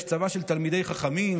יש צבא של תלמידי חכמים,